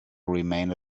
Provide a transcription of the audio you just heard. remain